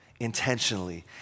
Intentionally